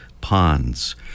ponds